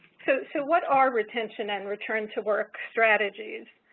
so so, what are retention and return to work strategies?